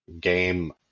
game